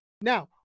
Now